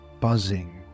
buzzing